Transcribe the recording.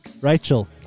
Rachel